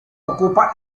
ocupa